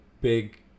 big